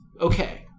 Okay